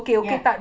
ya